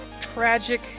tragic